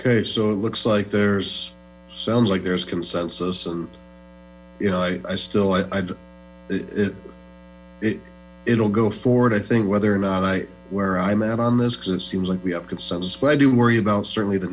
so it looks like there's sounds like there's consensus and you know i still it'll go forward i think whether or not i where i'm at on this because it seems like we have consensus but i do worry about certainly the